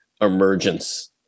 emergence